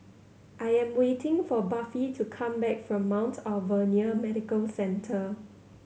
I am waiting for Buffy to come back from Mount Alvernia Medical Centre